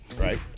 Right